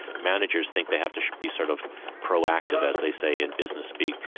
managers think they have to be sort of proactive, as they say in business speak,